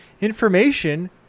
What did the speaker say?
information